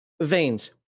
veins